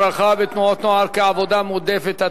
הדרכה בתנועות נוער כעבודה מועדפת),